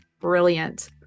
Brilliant